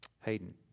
Hayden